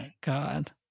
god